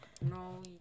No